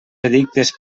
edictes